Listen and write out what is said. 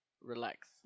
relax